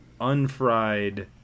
unfried